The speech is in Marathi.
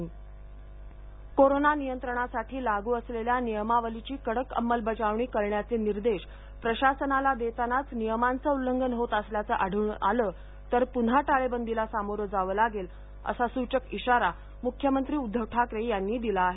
मख्यमंत्री कोरोना नियंत्रणासाठी लागू असलेल्या नियमावलीची कडक अंमलबजावणी करण्याचे निर्देश प्रशासनाला देतानाच नियमांचं उल्लंघन होत असल्याचं आढळून आलं तर पुन्हा टाळेबंदीला सामोरं जावं लागेल असा सूचक इशारा मुख्यमंत्री उद्धव ठाकरे यांनी दिला आहे